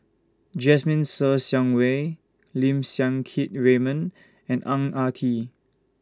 Jasmine Ser Xiang Wei Lim Siang Keat Raymond and Ang Ah Tee